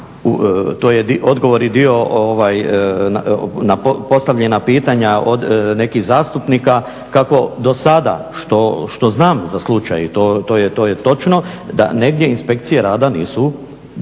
to je odgovorni dio na postavljena pitanja od nekih zastupnika kako do sada što znam za slučaj i to je točno da negdje inspekcije rada nisu išle